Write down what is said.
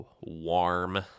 warm